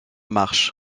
marche